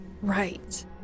Right